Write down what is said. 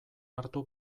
hartu